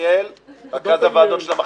אני מקווה שזה ייגמר היום,